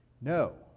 No